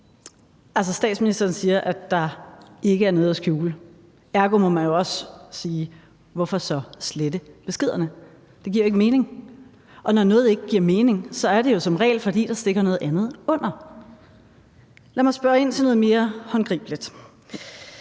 statsministeren siger, at der ikke er noget at skjule. Ergo må man jo så også sige: Hvorfor så slette beskederne? Det giver ikke mening. Og når noget ikke giver mening, er det jo som regel, fordi der stikker noget andet under. Lad mig spørge ind til noget mere håndgribeligt.